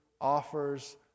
offers